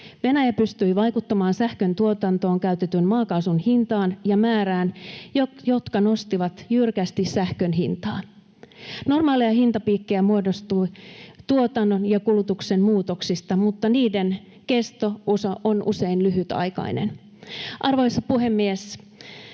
Venäjä pystyi vaikuttamaan sähköntuotantoon käytetyn maakaasun hintaan ja määrään, jotka nostivat jyrkästi sähkön hintaa. Normaaleja hintapiikkejä muodostuu tuotannon ja kulutuksen muutoksista, mutta niiden kesto on usein lyhytaikainen. Arvoisa puhemies!